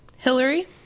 hillary